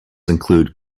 include